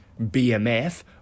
BMF